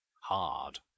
Hard